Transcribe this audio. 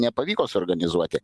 nepavyko suorganizuoti